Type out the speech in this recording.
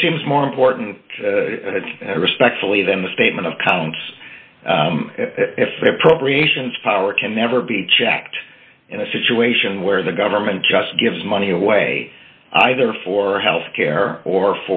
this seems more important respectfully than the statement of counts if appropriations power can never be checked in a situation where the government just gives money away either for health care or